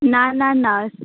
ना ना ना